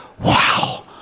Wow